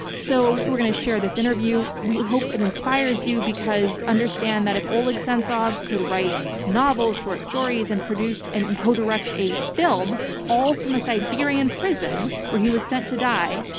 so we're going to share this interview. we hope it inspires you, because understand that if oleg sentsov could write novels, short stories, and produce and and co-direct a film all from a siberian prison where he was sent to die,